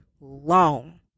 long